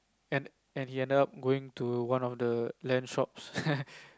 and and he ended up going to one of the land shops